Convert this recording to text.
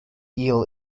eel